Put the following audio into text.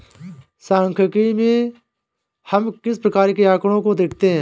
सांख्यिकी में हम किस प्रकार के आकड़ों को देखते हैं?